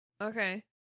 Okay